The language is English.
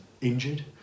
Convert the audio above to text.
injured